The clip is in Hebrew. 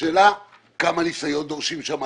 השאלה כמה ניסיון דורשים שם,